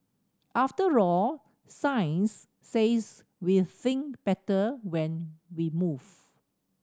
after all science says we think better when we move